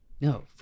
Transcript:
No